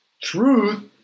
Truth